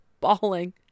bawling